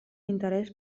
interès